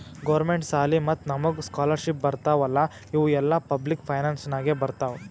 government ಸಾಲಿ ಮತ್ತ ನಮುಗ್ ಸ್ಕಾಲರ್ಶಿಪ್ ಬರ್ತಾವ್ ಅಲ್ಲಾ ಇವು ಎಲ್ಲಾ ಪಬ್ಲಿಕ್ ಫೈನಾನ್ಸ್ ನಾಗೆ ಬರ್ತಾವ್